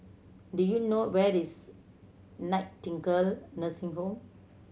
do you know where is Nightingale Nursing Home